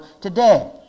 today